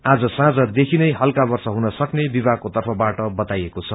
आज साँझ देखिनै हल्का वर्षा हुन सक्ने विभागको तर्फबाट बताइएको छ